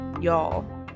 y'all